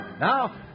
Now